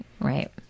right